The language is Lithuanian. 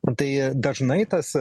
tai dažnai tas